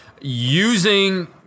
using